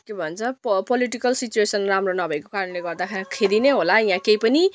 के भन्छ प पोलिटिकल सिचुएसन राम्रो नभएको कारणले गर्दाखेरि नै होला यहाँ केही पनि